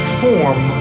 form